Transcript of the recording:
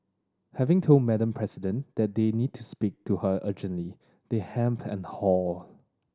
having told Madam President that they need to speak to her urgently they hem and haw